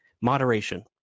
moderation